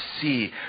see